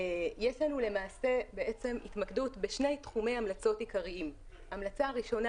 יש לנו התמקדות בשני תחומי המלצות עיקריים: ההמלצה הראשונה,